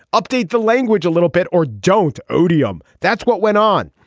update the language a little bit or don't odium. that's what went on.